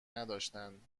نداشتند